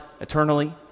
eternally